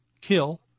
kill